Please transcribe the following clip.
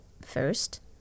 first